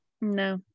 No